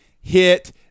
hit